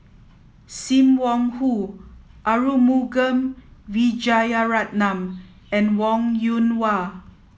Sim Wong Hoo Arumugam Vijiaratnam and Wong Yoon Wah